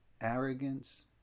arrogance